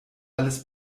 alles